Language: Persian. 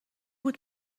بود